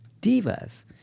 divas